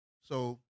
So-